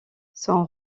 son